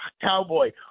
Cowboy